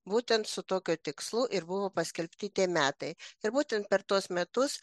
būtent su tokiu tikslu ir buvo paskelbti tie metai ir būtent per tuos metus